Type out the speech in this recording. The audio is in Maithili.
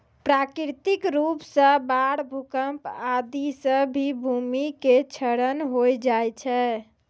प्राकृतिक रूप सॅ बाढ़, भूकंप आदि सॅ भी भूमि के क्षरण होय जाय छै